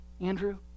Andrew